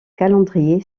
calendrier